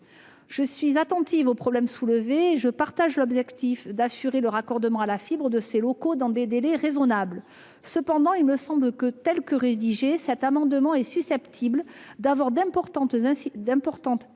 Je suis attentive au problème soulevé et je partage l'objectif d'assurer le raccordement à la fibre de ces locaux dans des délais raisonnables. Cependant, il me semble que, tel qu'il est rédigé, cet amendement est susceptible d'avoir d'importantes incidences